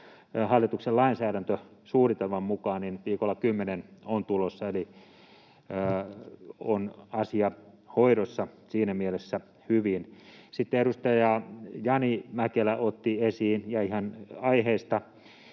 hallituksen lainsäädäntösuunnitelman mukaan viikolla 10 tällainen on tulossa, eli asia on hoidossa siinä mielessä hyvin. Sitten edustaja Jani Mäkelä otti esiin, ja ihan aiheesta,